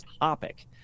topic